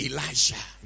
Elijah